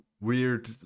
weird